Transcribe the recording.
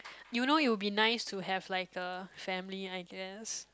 you know it will be nice to have like a family I guess